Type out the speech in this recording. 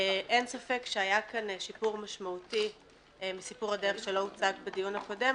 אין ספק שהיה כאן שיפור משמעותי מסיפור הדרך שלא הוצג בדיון הקודם,